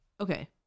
Okay